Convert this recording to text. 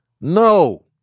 No